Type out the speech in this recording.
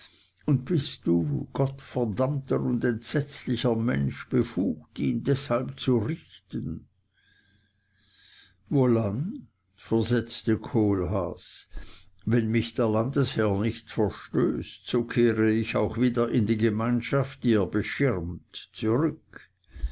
und bist du gottverdammter und entsetzlicher mensch befugt ihn deshalb zu richten wohlan versetzte kohlhaas wenn mich der landesherr nicht verstößt so kehre ich auch wieder in die gemeinschaft die er beschirmt zurück